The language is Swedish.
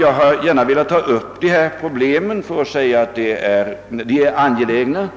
Jag har velat beröra dessa problem för att visa hur angelägna